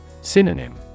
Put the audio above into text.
Synonym